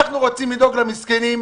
אנחנו רוצים לדאוג למסכנים,